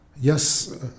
yes